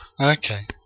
Okay